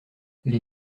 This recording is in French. les